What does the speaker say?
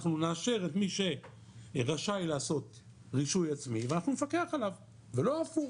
אנחנו נאשר את מי שרשאי לעשות רישוי עצמי ואנחנו נפקח עליו ולא הפוך,